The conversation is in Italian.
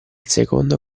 secondo